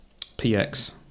PX